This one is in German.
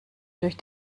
durch